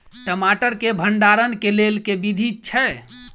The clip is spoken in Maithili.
टमाटर केँ भण्डारण केँ लेल केँ विधि छैय?